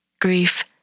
Grief